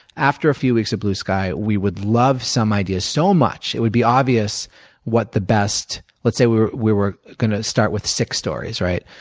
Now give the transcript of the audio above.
after a few weeks of blue sky, we would love some idea so much it would be obvious what the best, let's say we were going to start with six stories right?